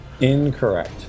incorrect